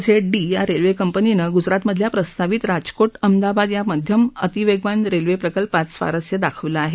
रशियाच्या R Z D railway रेल्वे कंपनीनं गुजरातमधल्या प्रस्तावित राजकोट अहमदाबाद या मध्यम अति वेगवान रेल्वे प्रकल्पामधे स्वारस्य दाखवलं आहे